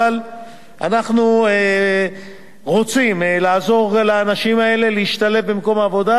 אבל אנחנו רוצים לעזור לאנשים האלה להשתלב במקום העבודה,